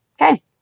Okay